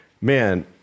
man